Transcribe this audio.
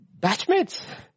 batchmates